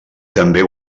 també